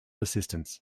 assistance